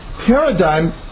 paradigm